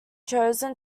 chosen